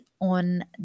on